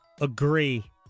agree